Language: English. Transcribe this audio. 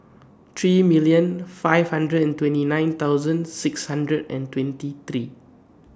three million five hundred and twenty nine thousand six hundred and twenty three